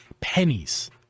pennies